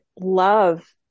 love